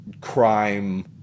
crime